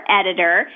editor